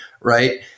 right